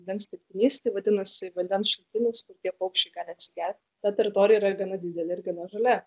nuotolis vandens telkinys tai vadinasi vandens šaltinis kur tie paukščiai gali atsigert ta teritorija yra gana dideli ir gana žalia